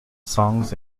songs